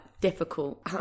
difficult